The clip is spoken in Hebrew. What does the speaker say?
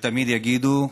ותמיד יגידו,